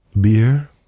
Beer